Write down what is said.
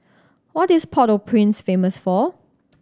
what is Port Au Prince famous for